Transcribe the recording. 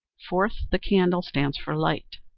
fourth, the candle stands for light.